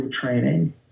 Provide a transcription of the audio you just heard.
training